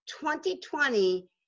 2020